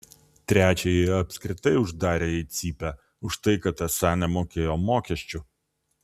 trečiąjį apskritai uždarė į cypę už tai kad esą nemokėjo mokesčių